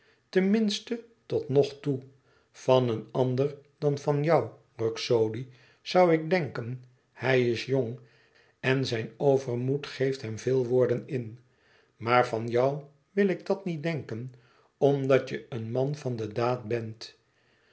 minste tot nogtoe van een ander dan van jou ruxodi zoû ik denken hij is jong machtig en jong en zijn overmoed geeft hem veel woorden in maar van jou wil ik dat niet denken omdat je een man van de daad bent